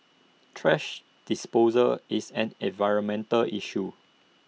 thrash disposal is an environmental issue